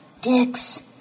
dicks